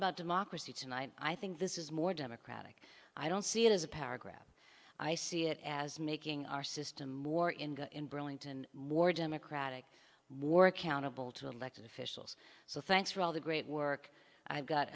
about democracy tonight i think this is more democratic i don't see it as a power grab i see it as making our system more in burlington more democratic more accountable to elected officials so thanks for all the great work i've got